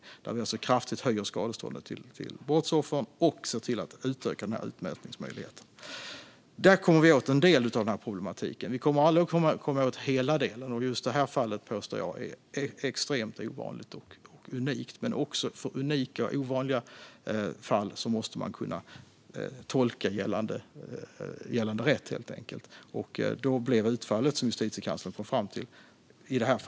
Då höjer vi alltså kraftigt skadestånden till brottsoffer och ser till att utöka utmätningsmöjligheten. På detta sätt kommer vi åt en del av problematiken. Vi kommer aldrig att komma åt allt, och just detta fall påstår jag är extremt ovanligt och unikt. Men även för unika och ovanliga fall måste gällande rätt kunna tolkas, och då blev Justitiekanslerns bedömning den här.